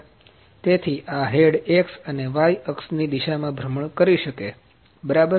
તેથી આ head X અને Y અક્ષ ની દિશામાં ભ્રમણ કરી શકે બરાબર